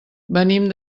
venim